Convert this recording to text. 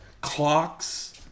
Clocks